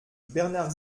bernard